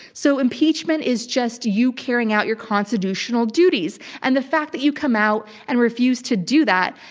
so, impeachment is just you carrying out your constitutional duties, and the fact that you come out and refuse to do that,